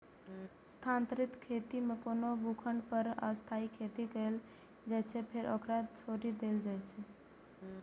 स्थानांतरित खेती मे कोनो भूखंड पर अस्थायी खेती कैल जाइ छै, फेर ओकरा छोड़ि देल जाइ छै